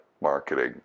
marketing